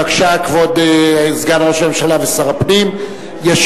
בבקשה, כבוד סגן ראש הממשלה ושר הפנים ישיב.